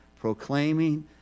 proclaiming